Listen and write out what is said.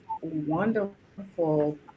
wonderful